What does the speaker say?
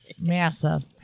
Massive